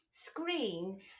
screen